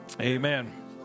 Amen